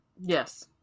Yes